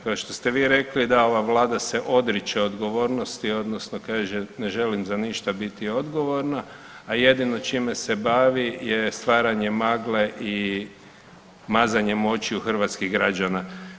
Kao što ste vi rekli, da ova Vlada se odriče odgovornosti odnosno kaže, ne želim za ništa biti odgovorna, a jedino čime se bavi je stvaranje magle i mazanjem očiju hrvatskih građana.